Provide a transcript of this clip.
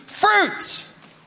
fruits